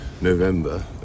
november